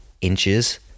inches